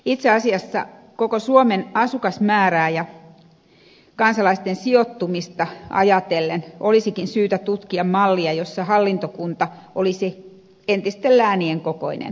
itse asiassa koko suomen asukasmäärää ja kansalaisten sijoittumista ajatellen olisikin syytä tutkia mallia jossa hallintokunta olisi entisten läänien kokoinen